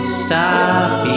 stop